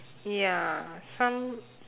ya some